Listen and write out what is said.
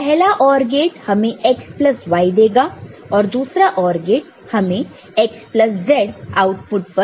पहला OR gate हमें x plus y देगा आउटपुट पर और दूसरा OR गेट हमें x प्लस z आउटपुट पर